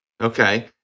Okay